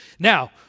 Now